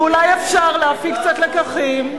ואולי אפשר להפיק קצת לקחים,